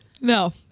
No